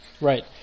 Right